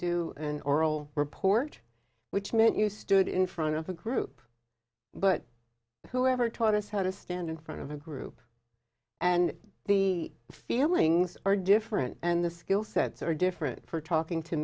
do an oral report which meant you stood in front of a group but whoever taught us how to stand in front of a group and the feelings are different and the skill sets are different for talking to